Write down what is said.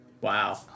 Wow